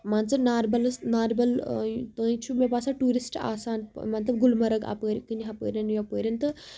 مان ژٕ نار بل نار بل تانۍ چھُ مےٚ باسان ٹوٗرِسٹ آسان مطلب گُلمَرٕگ اَپٲرۍ کِنۍ ہُپٲرۍ یَپٲرۍ تہٕ